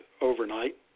overnight